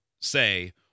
say